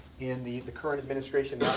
in the the current administration